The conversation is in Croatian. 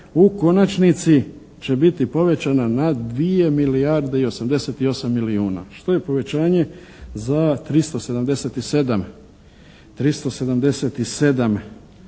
u konačnici će biti povećana na 2 milijarde i 88 milijuna. Što je povećanje za 377 milijuna